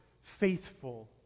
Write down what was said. faithful